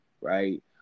Right